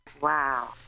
Wow